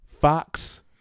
Fox